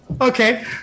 okay